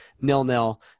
nil-nil